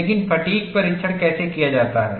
लेकिन फ़ैटिग् परीक्षण कैसे किया जाता है